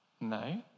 No